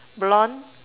blonde